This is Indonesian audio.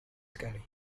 sekali